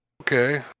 Okay